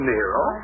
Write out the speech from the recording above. Nero